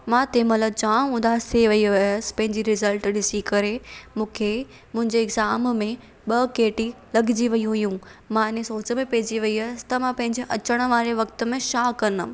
मां तंहिं महिल जाम उदास थी वई हुयसि पंहिंजी रिज़ल्ट ॾिसी करे मूंखे मुंहिंजे ऐक्ज़ाम में ॿ केटी लॻजी वई हुयूं मं हिन सोच में पइजी वयसि त मां पंहिंजे अचणु वारे वक़्त में छा कंदमि